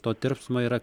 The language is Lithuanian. to tirpsmo yra